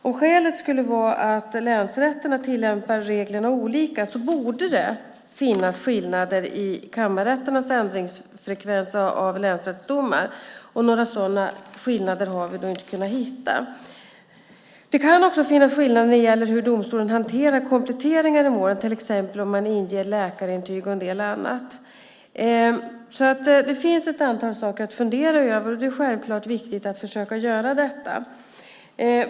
Om skälet skulle vara att länsrätterna tillämpar reglerna olika borde det finnas skillnader i kammarrätternas ändringsfrekvens när det gäller länsrättsdomar. Några sådana skillnader har vi inte kunnat hitta. Det kan också finnas skillnader när det gäller hur domstolen hanterar kompletteringar i mål - till exempel om läkarintyg inges - så det finns ett antal saker att fundera över. Det är självklart viktigt att försöka göra detta.